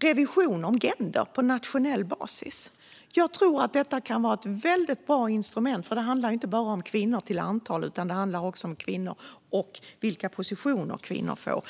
revision om gender på nationell basis. Jag tror att detta kan vara ett väldigt bra instrument, för det handlar inte bara om antalet kvinnor utan också om vilka positioner kvinnor får.